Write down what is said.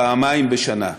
פעמיים בשנה.